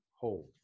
hold